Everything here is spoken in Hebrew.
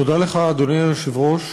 לך, אדוני היושב-ראש,